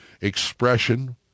expression